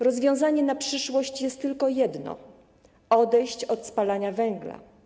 Rozwiązanie na przyszłość jest tylko jedno: odejść od spalania węgla.